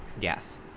yes